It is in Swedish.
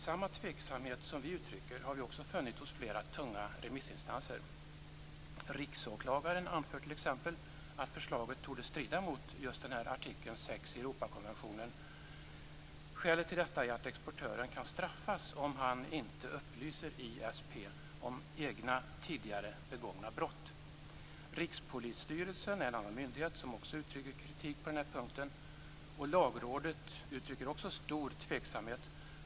Samma tveksamhet som vi uttrycker har vi också funnit hos flera tunga remissinstanser. Riksåklagaren anför t.ex. att förslaget torde strida mot just artikel 6 i Europakonventionen. Skälet till detta är att exportören kan straffas om han inte upplyser ISP om egna, tidigare begångna brott. Rikspolisstyrelsen är en annan myndighet som uttrycker kritik på den här punkten, och Lagrådet uttrycker också stor tveksamhet.